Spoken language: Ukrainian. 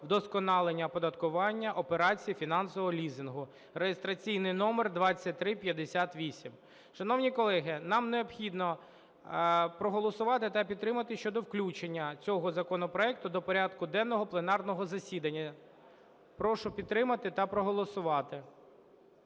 вдосконалення оподаткування операцій фінансового лізингу (реєстраційний номер 2358). Шановні колеги, нам необхідно проголосувати та підтримати щодо включення цього законопроекту до порядку денного пленарного засідання. Прошу підтримати та проголосувати.